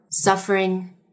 suffering